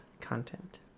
content